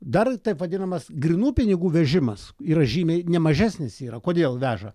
dar taip vadinamas grynų pinigų vežimas yra žymiai nemažesnis yra kodėl veža